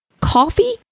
Coffee